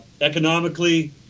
economically